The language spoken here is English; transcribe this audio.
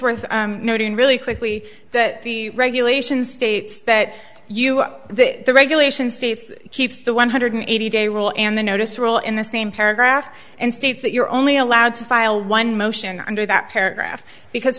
worth noting really quickly that the regulations states that you are the regulations states keeps the one hundred eighty day rule and the notice rule in the same paragraph in states that you're only allowed to file one motion under that paragraph because